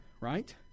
right